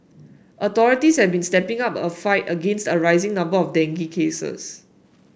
authorities have been stepping up a fight against a rising number of dengue cases